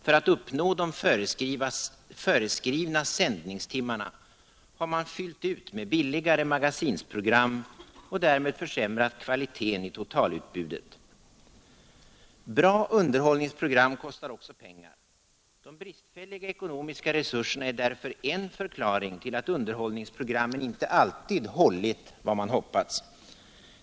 För att uppnå de föreskrivna sändningstimmarna har man fyllt ut med billigare magasinsprogram och därmed försämrat kvaliteten i totalutbudet. Bra underhållningsprogram kostar också pengar. De bristfälliga ekonomiska resurserna är därför en förklaring till att underhållningsprogrammen inte alltid hållit vad man hoppats.